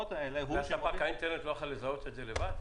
ספק האינטרנט לא יכול לזהות את זה לבד?